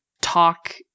talk